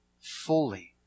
fully